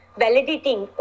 validating